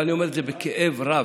אבל אני אומר את זה בכאב רב.